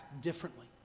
differently